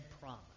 promise